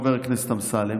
חבר הכנסת אמסלם